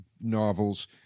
novels